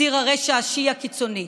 ציר הרשע השיעי הקיצוני.